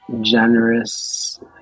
generous